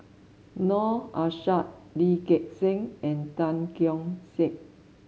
Noor Aishah Lee Gek Seng and Tan Keong Saik